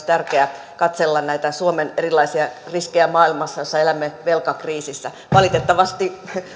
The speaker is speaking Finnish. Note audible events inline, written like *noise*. *unintelligible* tärkeää katsella näitä suomen erilaisia riskejä maailmassa jossa elämme velkakriisissä valitettavasti